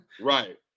Right